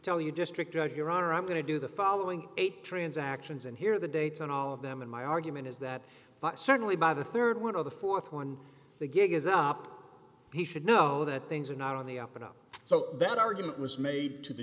tell your district judge your honor i'm going to do the following eight transactions and here the dates on all of them in my argument is that certainly by the rd one of the th one the gig is up he should know that things are not on the up and up so that argument was made to the